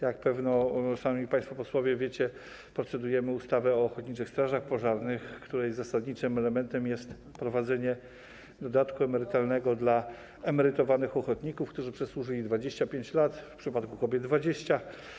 Jak pewnie sami państwo posłowie wiecie, procedujemy nad ustawą o ochotniczych strażach pożarnych, której zasadniczym elementem jest wprowadzenie dodatku emerytalnego dla emerytowanych ochotników, którzy przesłużyli 25 lat, a w przypadku kobiet - 20.